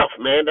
man